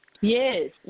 Yes